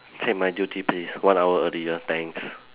take my duty please one hour earlier thanks